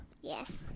Yes